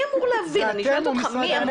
אני שואלת אותך אני?